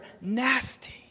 nasty